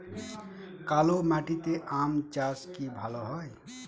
কালো মাটিতে আম চাষ কি ভালো হয়?